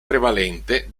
prevalente